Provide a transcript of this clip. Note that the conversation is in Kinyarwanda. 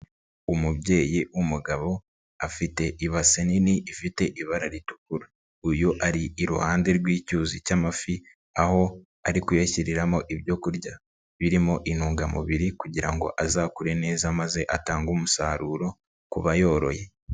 Umubyeyi w'umugabo afite ibase nini ifite ibara ritukura, uyu ari iruhande rw'icyuzi cy'amafi aho ari kuyashyiriramo ibyo kurya birimo intungamubiri kugira ngo azakure neza maze atange umusaruro ku bayoroye.